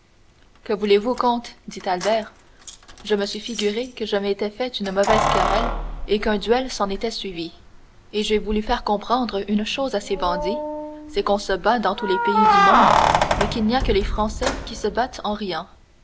que voulez-vous comte dit albert je me suis figuré que je m'étais fait une mauvaise querelle et qu'un duel s'en était suivi et j'ai voulu faire comprendre une chose à ces bandits c'est qu'on se bat dans tous les pays du monde mais qu'il n'y a que les français qui se battent en riant